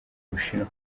bushinwa